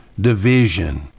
division